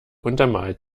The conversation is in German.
untermalt